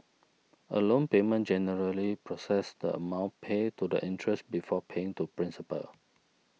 a loan payment generally processes the amount paid to the interest before paying to principal